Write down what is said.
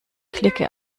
klicke